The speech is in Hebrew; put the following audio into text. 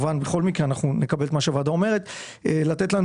בכל מקרה אנחנו נקבל את מה שהוועדה אומרת אבל אני מבקש לתת לנו